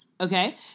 okay